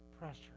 pressure